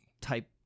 type